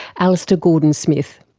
alistair gordon-smith.